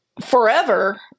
forever